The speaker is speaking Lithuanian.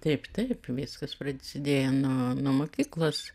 taip taip viskas prasidėjo nuo nuo mokyklos